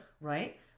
Right